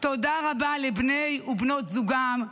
-- תודה רבה לבני ובנות זוגם.